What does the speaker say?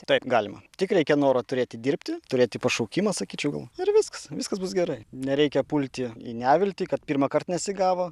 taip galima tik reikia noro turėti dirbti turėti pašaukimą sakyčiau ir viskas viskas bus gerai nereikia pulti į neviltį kad pirmąkart nesigavo